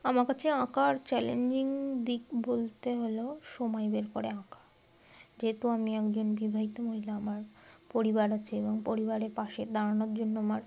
আমার কাছে আঁকার চ্যালেঞ্জিং দিক বলতে হলো সময় বের করে আঁকা যেহেতু আমি একজন বিবাহিত মহিলা আমার পরিবার আছে এবং পরিবারের পাশে দাঁড়ানোর জন্য আমার